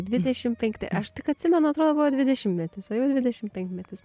dvidešimt penkti aš tik atsimenu atrodo buvo dvidešimtmetis o jau dvidešimtpenkmetis